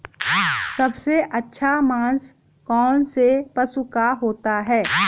सबसे अच्छा मांस कौनसे पशु का होता है?